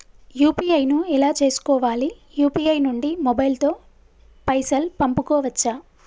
UPI ను ఎలా చేస్కోవాలి యూ.పీ.ఐ నుండి మొబైల్ తో పైసల్ పంపుకోవచ్చా?